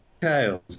tails